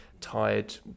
tired